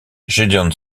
gédéon